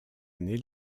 année